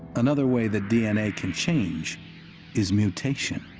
another way that d n a. can change is mutation.